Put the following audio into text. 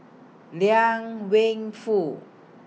Liang Wenfu